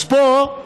אז פה,